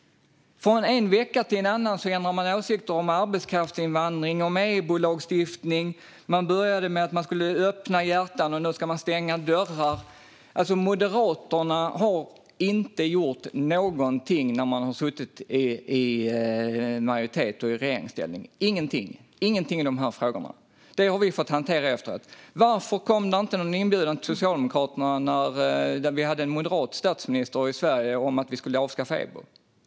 Från en vecka till en annan ändrar man åsikt om arbetskraftsinvandring och EBO-lagstiftning. Man började med att man skulle öppna hjärtan, och nu ska man stänga dörrar. Moderaterna har inte gjort någonting när de suttit i majoritet och i regeringsställning. Ingenting har de gjort i de här frågorna. Det har vi fått hantera efteråt. Varför kom det inte någon inbjudan till Socialdemokraterna när vi hade en moderat statsminister i Sverige om att vi skulle avskaffa EBO?